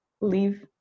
leave